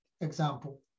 example